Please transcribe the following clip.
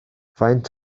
faint